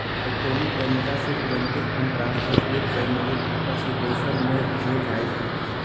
electronic तरीका से तूरंते फंड ट्रांसफर एक बैंक के खता से दोसर में हो जाइ छइ